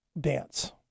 dance